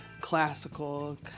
classical